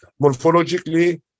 Morphologically